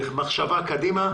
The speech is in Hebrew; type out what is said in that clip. במחשבה קדימה.